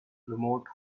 remote